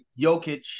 Jokic